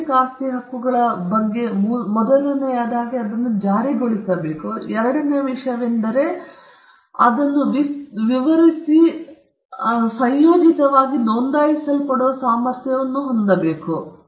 ಬೌದ್ಧಿಕ ಆಸ್ತಿ ಹಕ್ಕುಗಳ ಬಗ್ಗೆ ಮೊದಲನೆಯದಾಗಿ ಅವರು ಜಾರಿಗೊಳಿಸಲಾಗುವುದು ಎರಡನೆಯ ವಿಷಯವೆಂದರೆ ಅವು ವಿವರಿಸಲ್ಪಡುವ ಮತ್ತು ಸಂಯೋಜಿತವಾಗಿ ನೋಂದಾಯಿಸಲ್ಪಡುವ ಸಾಮರ್ಥ್ಯ ಹೊಂದಿವೆ